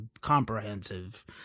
comprehensive